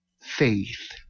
Faith